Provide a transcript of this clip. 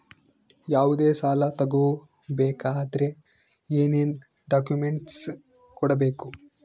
ಯಾವುದೇ ಸಾಲ ತಗೊ ಬೇಕಾದ್ರೆ ಏನೇನ್ ಡಾಕ್ಯೂಮೆಂಟ್ಸ್ ಕೊಡಬೇಕು?